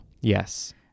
yes